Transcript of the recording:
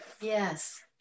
Yes